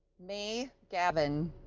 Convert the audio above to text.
mei gavin